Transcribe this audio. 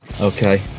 okay